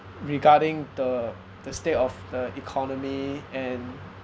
regarding the the state of the economy and